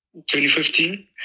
2015